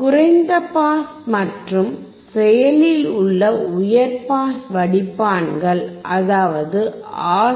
குறைந்தபாஸ் மற்றும் செயலில் உள்ள உயர் பாஸ் வடிப்பான்கள் அதாவது ஆர்